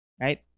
Right